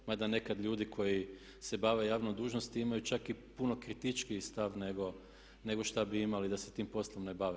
Mada nekad ljudi koji se bave javnom dužnosti imaju čak i puno kritičkiji stav nego šta bi imali da se tim poslom ne bave.